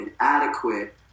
inadequate